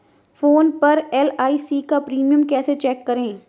Phone पर LIC का premium कैसे चेक करें?